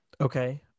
Okay